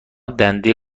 دنده